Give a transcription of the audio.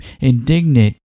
indignant